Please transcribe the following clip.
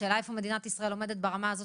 השאלה איפה מדינת ישראל עומדת ברמה הזאת